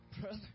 brother